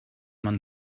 man